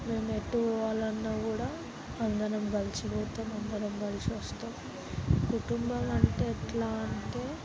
మేము ఎటు పోవాలన్నా కూడా అందరం కలిసి పోతాం అందరం కలిసొస్తాం కుటుంబాలంటే ఎట్లా అంటే